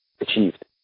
achieved